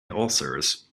ulcers